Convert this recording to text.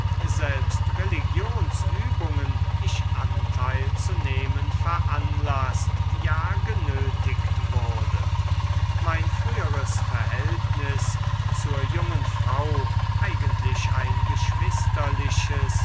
selbst religionsübungen ich anteil zu nehmen veranlaßt ja genötigt wurde mein früheres verhältnis zur jungen frau eigentlich ein geschwisterliches